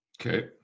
okay